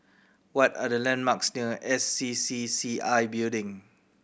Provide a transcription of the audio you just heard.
what are the landmarks near S C C C I Building